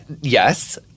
Yes